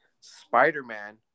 Spider-Man